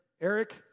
Eric